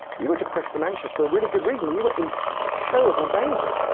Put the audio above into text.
you were depressed and anxious for a really good reason, you were in terrible danger.